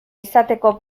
izateko